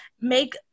make